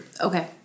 Okay